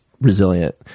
resilient